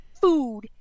food